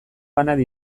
banan